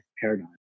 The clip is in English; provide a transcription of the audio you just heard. paradigm